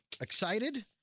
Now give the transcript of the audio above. excited